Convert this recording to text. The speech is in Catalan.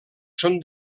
són